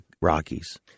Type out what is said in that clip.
Rockies